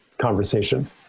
conversation